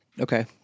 Okay